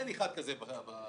אין אחד כזה בחדר.